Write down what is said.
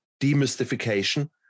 demystification